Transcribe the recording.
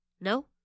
No